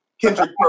Kendrick